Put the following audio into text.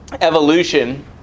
evolution